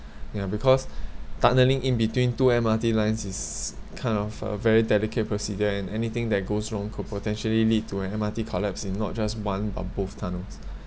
ya because tunneling in between two M_R_T lines is kind of a very delicate procedure and anything that goes wrong could potentially lead to an M_R_T collapse in not just one but both tunnels